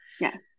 Yes